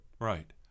Right